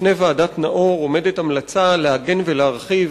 בפני ועדת-נאור עומדת המלצה לעגן ולהרחיב